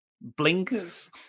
blinkers